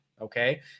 okay